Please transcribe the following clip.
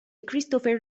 christopher